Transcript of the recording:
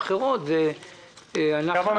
עם זה לחכות עד אחרי הבחירות?